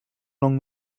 along